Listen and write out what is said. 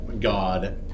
God